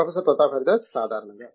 professor Pratap Haridas సాధారణంగా